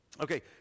Okay